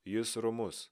jis romus